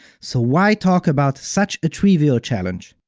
so why talk about such a trivial challenge?